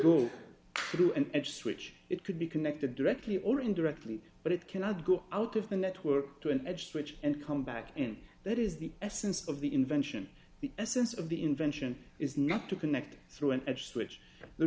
and switch it could be connected directly or indirectly but it cannot go out of the network to an edge switch and come back and that is the essence of the invention the essence of the invention is not to connect through an edge which the